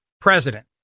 president